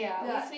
ya